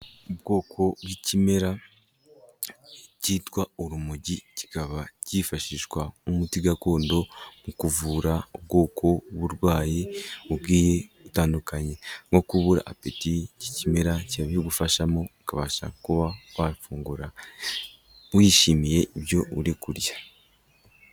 Ubwoko bw'ikimera cyitwa urumogi kikaba cyifashishwa nk'umuti gakondo nko kuvura ubwoko bw'uburwayi bugiye butandukanye nko kubura apeti, iki kimera kirabigufashamo ukabasha kuba wafungura wishimiye ibyo uri kurya.